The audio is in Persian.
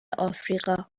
آفریقا